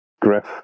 Griff